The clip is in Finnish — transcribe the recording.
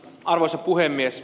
arvoisa puhemies